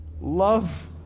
love